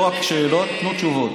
לא רק שאלות, תנו תשובות.